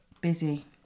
busy